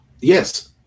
yes